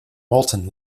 molten